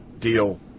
deal